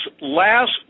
last